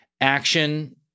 Action